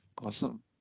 Awesome